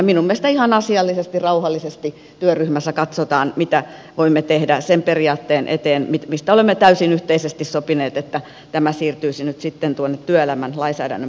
minun mielestä ihan asiallisesti rauhallisesti työryhmässä katsotaan mitä voimme tehdä sen periaatteen eteen mistä olemme täysin yhteisesti sopineet että tämä siirtyisi nyt sitten tuonne työelämän lainsäännön puolelle